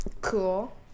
cool